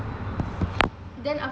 then aft~